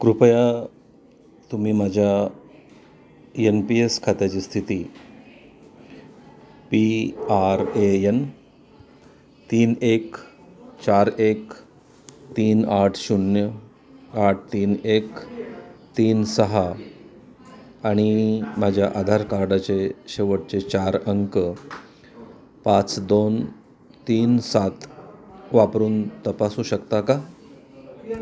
कृपया तुम्ही माझ्या यन पी एस खात्याची स्थिती पी आर ए एन तीन एक चार एक तीन आठ शून्य आठ तीन एक तीन सहा आणि माझ्या आधार कार्डाचे शेवटचे चार अंक पाच दोन तीन सात वापरून तपासू शकता का